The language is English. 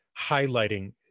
highlighting